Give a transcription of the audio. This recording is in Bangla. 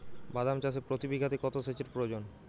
বাদাম চাষে প্রতি বিঘাতে কত সেচের প্রয়োজন?